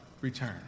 Return